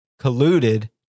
colluded